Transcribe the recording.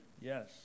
Yes